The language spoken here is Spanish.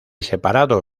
separado